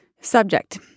Subject